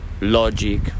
logic